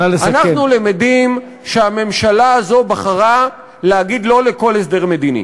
אנחנו למדים שהממשלה הזאת בחרה להגיד "לא" לכל הסדר מדיני.